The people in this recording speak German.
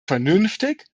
vernünftig